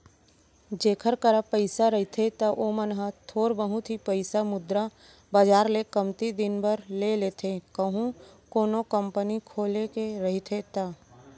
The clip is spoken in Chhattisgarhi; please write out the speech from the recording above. जेखर करा पइसा रहिथे त ओमन ह थोर बहुत ही पइसा मुद्रा बजार ले कमती दिन बर ले लेथे कहूं कोनो कंपनी खोले के रहिथे ता